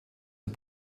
zur